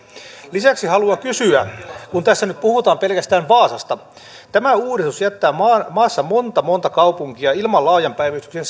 lisäksi haluan kysyä kun tässä nyt puhutaan pelkästään vaasasta mutta tämä uudistus jättää maassa monta monta kaupunkia ilman laajan päivystyksen